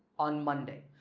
on monday.